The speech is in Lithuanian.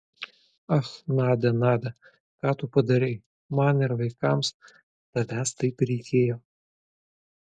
ach nadia nadia ką tu padarei man ir vaikams tavęs taip reikėjo